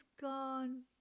gone